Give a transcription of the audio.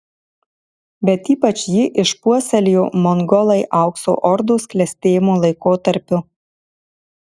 bet ypač jį išpuoselėjo mongolai aukso ordos klestėjimo laikotarpiu